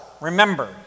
remember